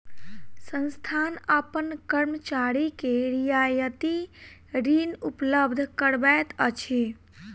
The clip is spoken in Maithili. संस्थान अपन कर्मचारी के रियायती ऋण उपलब्ध करबैत अछि